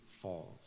falls